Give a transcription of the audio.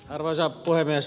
arvoisa puhemies